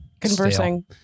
conversing